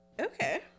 Okay